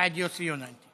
בעֵד, יוסי יונה.